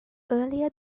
earlier